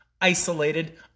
isolated